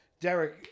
Derek